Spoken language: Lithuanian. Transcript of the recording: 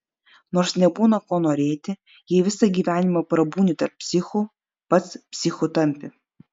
nors nebūna ko norėti jei visą gyvenimą prabūni tarp psichų pats psichu tampi